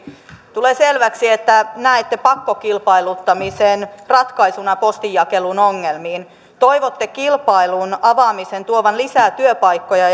tulee selväksi että näette pakkokilpailuttamisen ratkaisuna postinjakelun ongelmiin toivotte kilpailun avaamisen tuovan lisää työpaikkoja